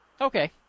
Okay